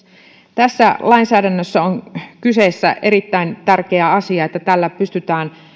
tässä lainsäädännössä on kyseessä se erittäin tärkeä asia että tällä pystytään